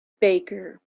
baker